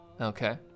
Okay